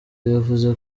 yavuze